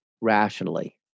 rationally